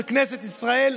של כנסת ישראל,